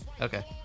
Okay